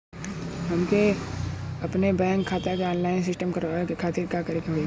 हमके अपने बैंक खाता के ऑनलाइन सिस्टम करवावे के खातिर का करे के होई?